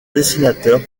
dessinateur